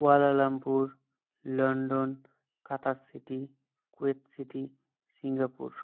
কোয়ালা Lumpur London Qatar City Kuwait City Singapore